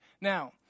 Now